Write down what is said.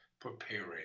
preparing